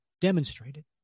demonstrated